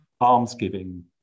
almsgiving